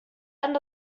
end